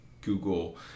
google